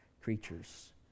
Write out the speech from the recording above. creatures